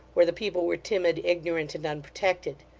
where the people were timid, ignorant, and unprotected.